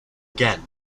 again